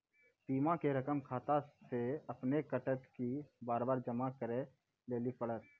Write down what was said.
बीमा के रकम खाता से अपने कटत कि बार बार जमा करे लेली पड़त?